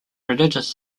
religious